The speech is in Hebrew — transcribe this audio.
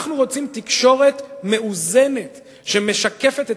אנחנו רוצים תקשורת מאוזנת שמשקפת את